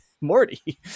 Morty